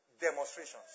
demonstrations